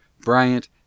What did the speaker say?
Bryant